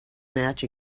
match